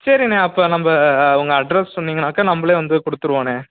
சரிண்ணே அப்போ நம்ப உங்கள் அட்ரஸ் சொன்னிங்கனாக்க நம்மளே வந்து கொடுத்துருவோண்ணே